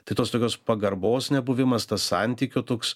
tai tos tokios pagarbos nebuvimas tas santykių toks